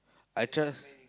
I trust